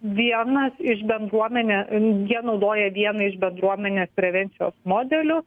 vienas iš bendruomenė jie naudoja vieną iš bendruomenės prevencijos modelių